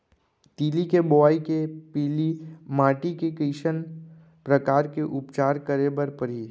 तिलि के बोआई के पहिली माटी के कइसन प्रकार के उपचार करे बर परही?